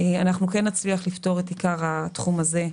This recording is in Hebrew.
אנחנו כן נצליח לפטור את עיקר התחום הזה.